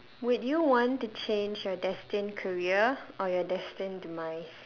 would you want to change your destined career or your destined demise